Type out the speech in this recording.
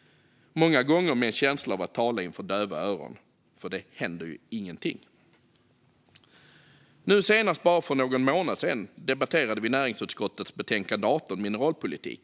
- många gånger med en känsla av att tala för döva öron, för det händer ju ingenting. Nu senast, för bara någon månad sedan, debatterade vi näringsutskottets betänkande 18 Mineralpolitik .